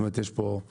יש פה את